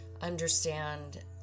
understand